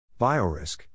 Biorisk